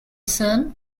son